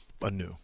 anew